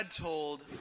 told